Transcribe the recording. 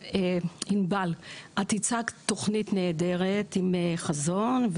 את הצגת תכנית נהדרת עם חזון,